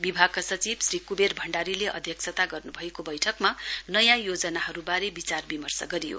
विभागका सचिव श्री क्बेर भण्डारीले अध्यक्षता गर्न्भएको बैठकमा नयाँ योजनाहरूबारे बिचारविमर्श गरियो